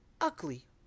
ugly